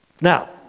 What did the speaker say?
Now